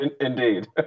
indeed